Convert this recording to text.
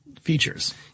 Features